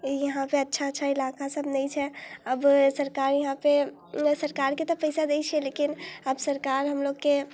इहाँपर अच्छा अच्छा इलाका सब नहि छै आब सरकार इहाँपर सरकारके तऽ पइसा दै छिए लेकिन आब सरकार हमलोकके